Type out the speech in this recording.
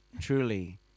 truly